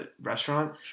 restaurant